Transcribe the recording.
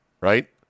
right